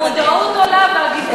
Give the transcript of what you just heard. יש יותר מודעות ויותר דיווח,